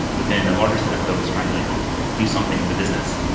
within the larger set of folks trying to like do something with a business.